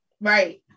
Right